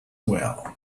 well